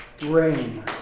Rain